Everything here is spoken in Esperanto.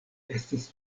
estis